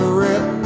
rip